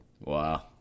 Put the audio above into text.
Wow